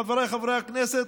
חבריי חברי הכנסת,